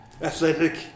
athletic